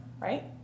right